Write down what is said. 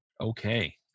Okay